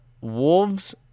Wolves